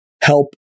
help